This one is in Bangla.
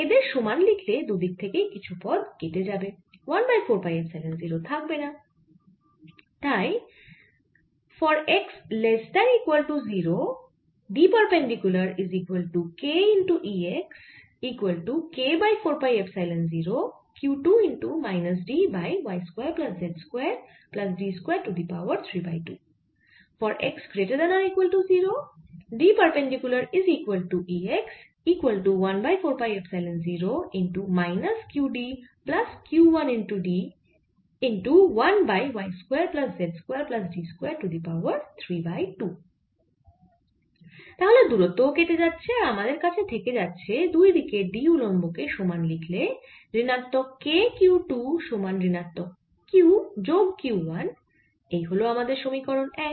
এদের সমান লিখলে দুদিক থেকেই কিছু পদ কেটে যাবে 1 বাই 4 পাই এপসাইলন 0 থাকবেনা তাই d তাহলে দূরত্ব ও কেটে যাচ্ছে আর আমাদের কাছে থেকে যাচ্ছে দুই দিকের D উল্লম্ব কে সমান লিখলে ঋণাত্মক k q 2 সমান ঋণাত্মক q যোগ q 1 এই হল আমার সমীকরণ 1